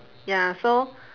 ya so